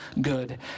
good